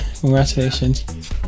congratulations